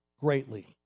greatly